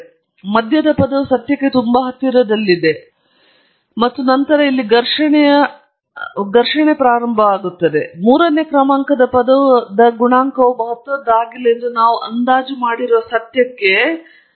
ಮಧ್ಯದ ಪದವು ಸತ್ಯಕ್ಕೆ ತುಂಬಾ ಹತ್ತಿರದಲ್ಲಿದೆ ಮತ್ತು ನಂತರ ಇಲ್ಲಿ ಘರ್ಷಣೆಯ ಟಂಬಲ್ ಅನ್ನು ಪ್ರಾರಂಭಿಸುತ್ತದೆ ಮೂರನೇ ಕ್ರಮಾಂಕದ ಪದದ ಗುಣಾಂಕವು ಮಹತ್ವದ್ದಾಗಿಲ್ಲ ಎಂದು ನಾವು ಅಂದಾಜು ಮಾಡಿರುವ ಸತ್ಯಕ್ಕೆ ಅಂದಾಜುಗಳು ಅಂದಾಜು ಮಾಡುತ್ತವೆ ನೀವು ದೋಷವನ್ನು ನೋಡಬಹುದು